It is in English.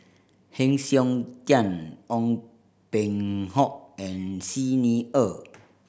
Heng Siok Tian Ong Peng Hock and Xi Ni Er